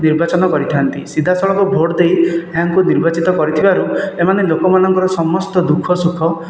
ନିର୍ବାଚନ କରିଥାନ୍ତି ସିଧା ସଳଖ ଭୋଟ ଦେଇ ଏହାଙ୍କୁ ନିର୍ବାଚିତ କରିଥିବାରୁ ଏମାନେ ଲୋକମାନଙ୍କର ସମସ୍ତ ଦୁଃଖ ସୁଖ